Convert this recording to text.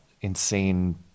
insane